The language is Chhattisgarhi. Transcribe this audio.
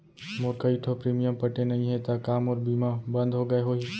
मोर कई ठो प्रीमियम पटे नई हे ता का मोर बीमा बंद हो गए होही?